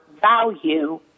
value